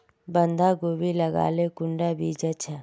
बंधाकोबी लगाले कुंडा बीज अच्छा?